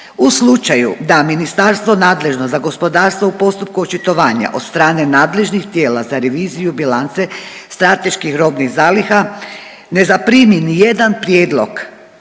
U slučaju da ministarstvo nadležno za gospodarstvo u postupku očitovanja od strane nadležnih tijela za reviziju bilance strateških robnih zaliha ne zaprimi ni jedan prijedlog